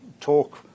talk